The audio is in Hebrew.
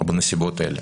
בנסיבות האלה.